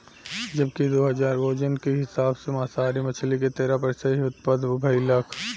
जबकि दू हज़ार में ओजन के हिसाब से मांसाहारी मछली के तेरह प्रतिशत ही उत्तपद भईलख